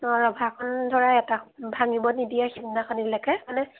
অঁ ৰভাখন ধৰা এটা ভাঙিব নিদিয়ে সিদিনাখনিলেকে মানে